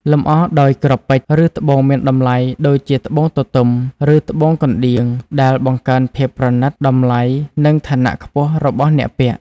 លម្អដោយគ្រាប់ពេជ្រ ឬត្បូងមានតម្លៃ (ដូចជាត្បូងទទឹម ត្បូងកណ្ដៀង) ដែលបង្កើនភាពប្រណីត តម្លៃ និងឋានៈខ្ពស់របស់អ្នកពាក់។